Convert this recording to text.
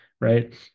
right